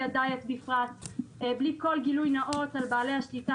הדייאט בפרט בלי כל גילוי נאות על בעלי השליטה,